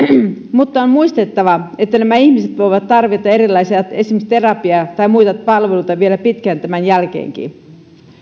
mutta on muistettava että nämä ihmiset voivat tarvita erilaisia esimerkiksi terapia tai muita palveluita vielä pitkään tämän jälkeenkin